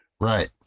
right